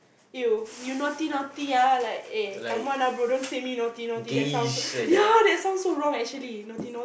!ew! you naughty naughty ah like eh come on ah bro don't say me naughty naughty that's sound so yeah that sounds so wrong actually naughty